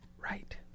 Right